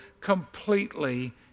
completely